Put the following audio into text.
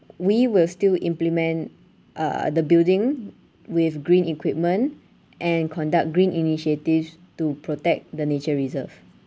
we will still implement uh the building with green equipment and conduct green initiatives to protect the nature reserve